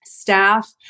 staff